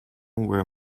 where